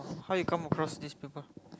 how you come across this people